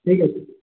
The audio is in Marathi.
ठीक आहे